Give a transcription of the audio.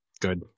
good